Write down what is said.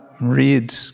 read